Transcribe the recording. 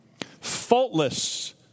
Faultless